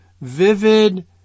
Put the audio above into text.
vivid